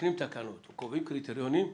שכשמתקנים תקנות וקובעים קריטריונים,